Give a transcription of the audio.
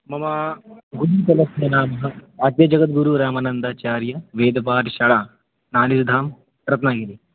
मम गुरुकुलस्य नाम आद्यजगद्गुरूरामानन्दाचार्य वेदपाठशाला नाळ्येधां रत्नगिरिः